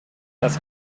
das